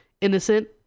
innocent